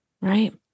right